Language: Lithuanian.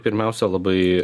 pirmiausia labai